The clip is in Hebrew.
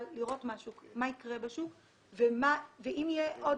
לראות מה יקרה בשוק ואם יהיה צורך בשינוי נוסף,